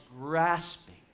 grasping